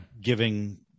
giving